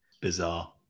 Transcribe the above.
Bizarre